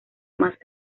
más